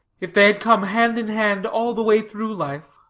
if they had come hand in hand all the way through life,